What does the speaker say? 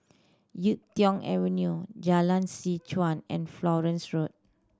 Yuk Tong Avenue Jalan Seh Chuan and Florence Road